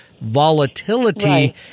volatility